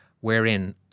wherein